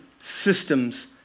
systems